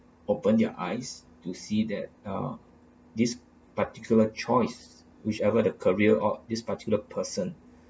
open their eyes to see that uh this particular choice whichever the career or this particular person